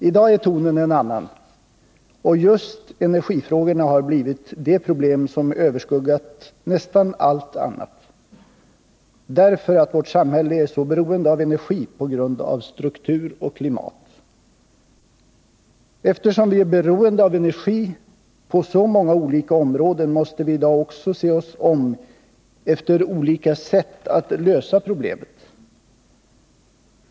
I dag är tonen en annan, och just energifrågorna har blivit det problem som överskuggat nästan allt annat, därför att vårt samhälle är så beroende av energi på grund av struktur och klimat. Eftersom vi är beroende av energi på så många olika områden måste vi i dag också se oss om efter olika sätt att lösa problemet.